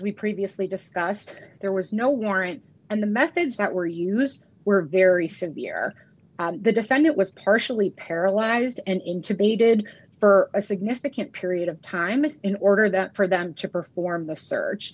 we previously discussed there was no warrant and the methods that were used were very severe the defendant was partially paralyzed and intimated for a significant period of time in order that for them to perform the search